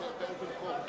שר הפנים?